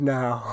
now